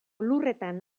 lurretan